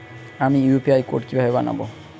আমি UPI code কিভাবে বানাব?